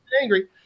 angry